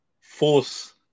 force